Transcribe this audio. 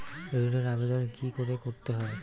ঋণের আবেদন কি করে করতে হয়?